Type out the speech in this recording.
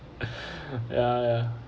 ya ya